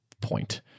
point